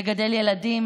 לגדל ילדים